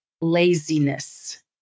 laziness